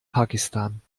pakistan